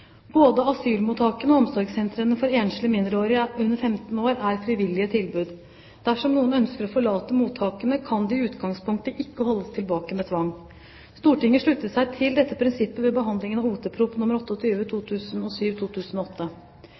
Både asylmottakene og omsorgssentrene for enslige mindreårige under 15 år er frivillige tilbud. Dersom noen ønsker å forlate mottakene, kan de i utgangspunktet ikke holdes tilbake med tvang. Stortinget sluttet seg til dette prinsippet ved behandlingen av